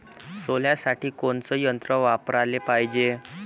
सोल्यासाठी कोनचं यंत्र वापराले पायजे?